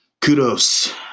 kudos